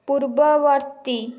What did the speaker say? ପୂର୍ବବର୍ତ୍ତୀ